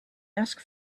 ask